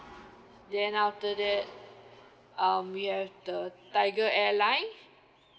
then after that um we have the Tiger Airline